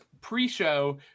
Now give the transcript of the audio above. pre-show